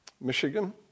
Michigan